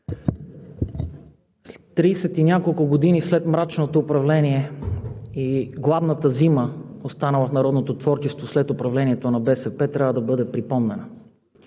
тридесет и няколко години след мрачното управление и гладната зима, останала в народното творчество след управлението на БСП, трябва да бъде припомнена.